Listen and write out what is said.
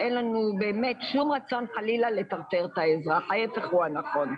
אין לנו שום רצון לטרטר את האזרח, ההפך הוא הנכון.